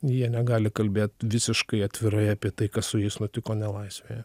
jie negali kalbėt visiškai atvirai apie tai kas su jais nutiko nelaisvėje